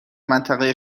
منطقه